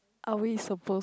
are we supposed